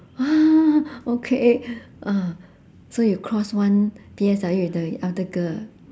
!wah! okay uh so you cross one P_S_L_E with the elder girl